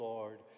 Lord